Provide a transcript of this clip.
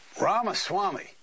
Ramaswamy